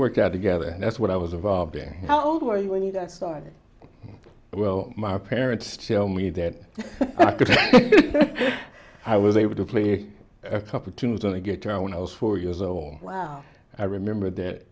work out together and that's what i was involved in how old were you when you started well my parents tell me that i was able to play a couple tunes on a guitar when i was four years old i remember that